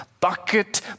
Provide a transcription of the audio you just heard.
bucket